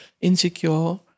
insecure